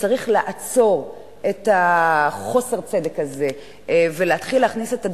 שצריך לעצור את חוסר הצדק הזה ולהתחיל להכניס את הדברים,